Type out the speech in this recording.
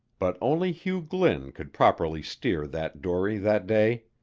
but only hugh glynn could properly steer that dory that day.